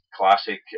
classic